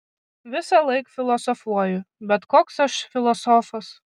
visąlaik filosofuoju bet koks aš filosofas